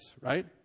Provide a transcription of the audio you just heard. Right